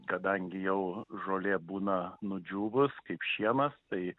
kadangi jau žolė būna nudžiūvus kaip šienas tai